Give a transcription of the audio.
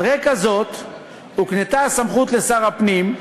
על רקע זה הוקנתה הסמכות לשר הפנים,